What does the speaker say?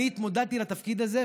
אני התמודדתי לתפקיד הזה,